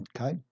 okay